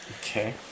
Okay